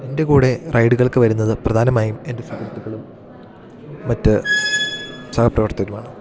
എൻ്റെ കൂടെ റൈഡുകൾക്ക് വരുന്നത് പ്രധാനമായും എൻ്റെ സുഹൃത്തുക്കളും മറ്റ് സഹപ്രവർത്തകരുമാണ്